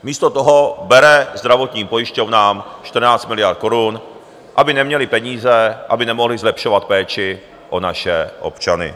Místo toho bere zdravotním pojišťovnám 14 miliard korun, aby neměly peníze, aby nemohly zlepšovat péči o naše občany.